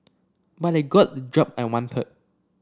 but I got the job I wanted